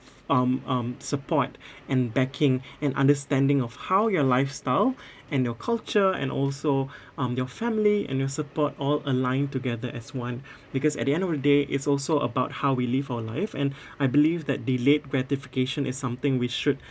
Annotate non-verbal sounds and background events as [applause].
um um support [breath] and backing [breath] and understanding of how your lifestyle [breath] and your culture and also [breath] um your family and your support all aligned together as one [breath] because at the end of the day it's also about how we live our life and [breath] I believe that delayed gratification is something we should